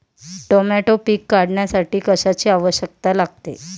Tomato पीक काढण्यासाठी कशाची आवश्यकता लागते?